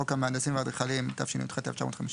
חוק המהנדסים והאדריכלים, התשי"ח-1958,